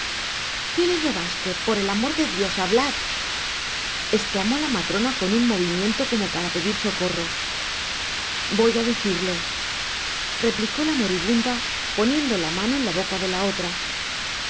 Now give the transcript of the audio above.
qué le robaste por el amor de dios hablad eselamó la matrona con un movimiento como para pedir socorro voy á decirlo replicó la moribunda poniendo la mano en la boca de la otra